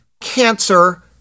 cancer